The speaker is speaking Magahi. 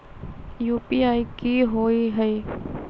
यू.पी.आई कि होअ हई?